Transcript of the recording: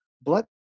blood